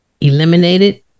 eliminated